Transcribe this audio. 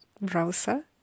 browser